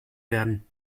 werden